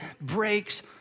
breaks